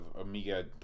amiga